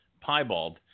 piebald